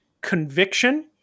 conviction